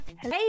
Hey